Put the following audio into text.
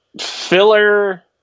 Filler